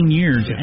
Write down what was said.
years